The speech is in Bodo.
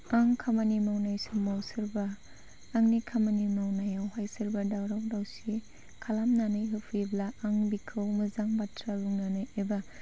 आं खामानि मावनाय समाव सोरबा आंनि खामानि मावनायावहाय सोरबा दावराव दावसि खालामनानै होफैब्ला आं बिखौ मोजां बाथ्रा बुंनानै एबा